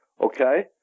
okay